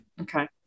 Okay